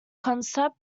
concept